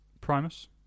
Primus